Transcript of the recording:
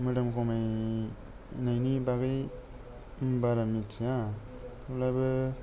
मोदोम खमायनायनि बागै बारा मिन्थिया थेवब्लाबो